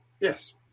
Yes